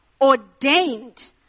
ordained